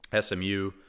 SMU